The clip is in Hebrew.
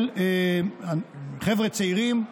של חבר'ה צעירים,